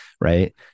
right